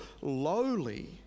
lowly